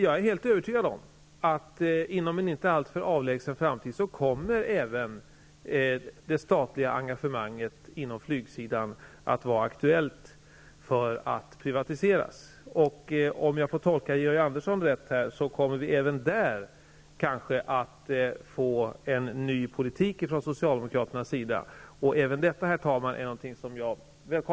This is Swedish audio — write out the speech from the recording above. Jag är helt övertygad om att inom en inte alltför avlägsen framtid kommer även det statliga engagemanget inom flygsidan att vara aktuelt för en privatisering. Om jag tolkar Georg Andersson rätt, kommer vi även där att kanske möta en ny politik från socialdemokraternas sida. Jag välkomnar även det.